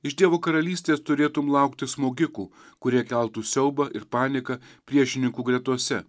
iš dievo karalystės turėtum laukti smogikų kurie keltų siaubą ir paniką priešininkų gretose